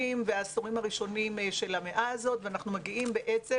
והעשורים הראשונים של המאה הזו ואנחנו מגיעים בעצם